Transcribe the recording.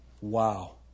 Wow